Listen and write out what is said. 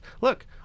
Look